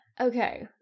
okay